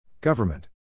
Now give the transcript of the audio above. Government